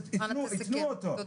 אז ייתנו אותו.